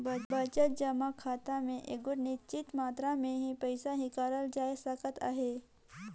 बचत जमा खाता में एगोट निच्चित मातरा में ही पइसा हिंकालल जाए सकत अहे